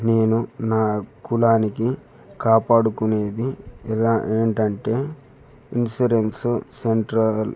నేను నా కులానికి కాపాడుకునేది ఏంటంటే ఇన్సూరెన్స్ సెంట్రల్